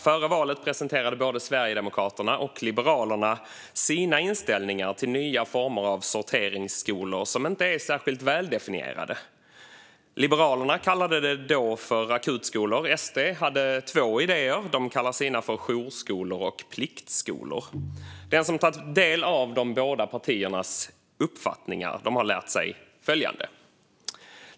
Före valet presenterade både Sverigedemokraterna och Liberalerna sina inställningar till nya former av sorteringsskolor, som inte är särskilt väldefinierade. Liberalerna kallade det då för akutskolor. Och SD hade två idéer, nämligen jourskolor och pliktskolor. Den som har tagit del av de båda partiernas uppfattningar har lärt sig följande.